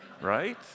right